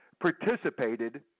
participated